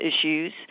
issues